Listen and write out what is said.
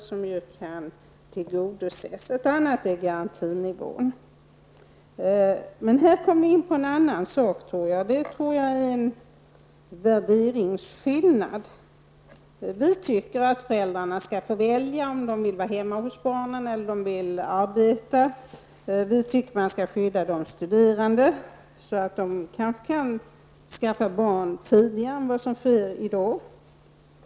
Ett annat exempel är vårt förslag om garantinivån. Jag kommer här in på en annan sak, där jag tror att det föreligger skillnader i värderingar. Vi tycker att föräldrarna skall få välja om de vill vara hemma hos barnen eller om de vill förvärvsarbeta. Vi anser att man skall skydda de studerande, så att de kan skaffa barn tidigare än vad som sker i dag.